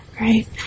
Right